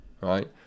right